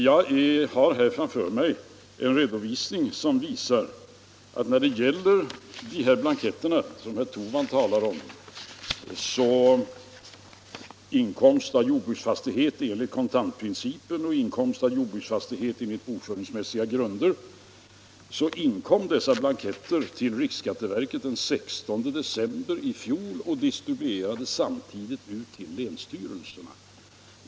Jag har här framför mig en redovisning, som visar att de blanketter som herr Torwald talar om — Inkomst av jordbruksfastighet enligt kontantprincipen resp. Inkomst av jordbruksfastighet enligt bokföringsmässiga grunder — inkom till riksskatteverket den 16 december i fjol och distribuerades samtidigt ut till länsstyrelserna.